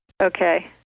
Okay